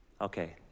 Okay